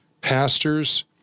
pastors